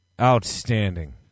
Outstanding